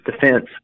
defense